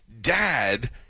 dad